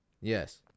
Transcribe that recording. Yes